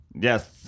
Yes